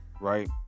Right